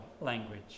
language